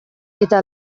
eta